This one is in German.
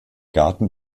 garten